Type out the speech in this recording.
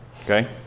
Okay